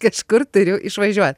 kažkur turiu išvažiuot